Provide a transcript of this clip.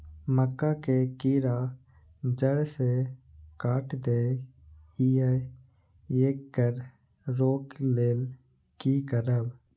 मक्का के कीरा जड़ से काट देय ईय येकर रोके लेल की करब?